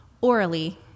orally